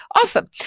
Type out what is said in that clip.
awesome